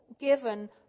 given